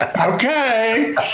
okay